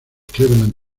cleveland